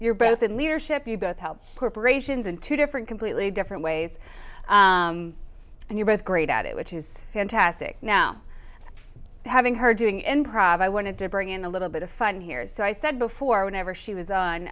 you're both in leadership you both help corporations in two different completely different ways and you're both great at it which is fantastic now having her doing improv i wanted to bring in a little bit of fun here so i said before whenever she was on